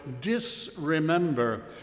disremember